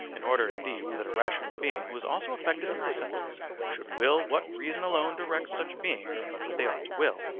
in order indeed that a rational being who is also affected through the senses should will what reason alone directs such beings that they ought to will,